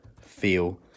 feel